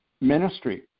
ministry